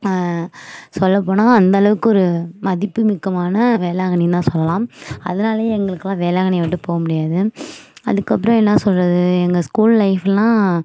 சொல்லப்போனால் அந்தளவுக்கு ஒரு மதிப்பு மிக்கமான வேளாங்கண்ணினுதான் சொல்லலாம் அதுனாலயே எங்களுக்கெல்லாம் வேளாங்கண்ணிய விட்டு போகமுடியாது அதற்கப்றம் என்ன சொல்லுறது எங்கள் ஸ்கூல் லைஃப்லாம்